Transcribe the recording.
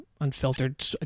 unfiltered